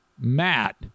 Matt